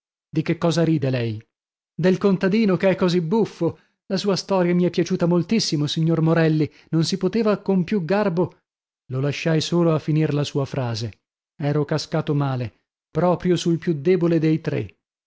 di che cosa ride lei del contadino che è così buffo la sua storia mi è piaciuta moltissimo signor morelli non si poteva con più garbo lo lasciai solo a finir la sua frase ero cascato male proprio sul più debole dei tre